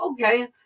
okay